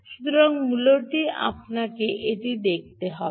সুতরাং মূলত আপনাকে এটি করতে হবে